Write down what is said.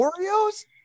Oreos